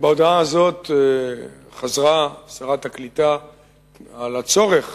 בהודעה זו חזרה שרת הקליטה וציינה את הצורך